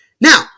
Now